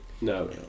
No